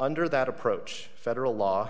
under that approach federal law